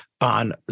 on